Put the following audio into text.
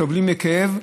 סובלים מכאב,